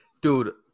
dude